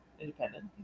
independent